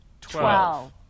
twelve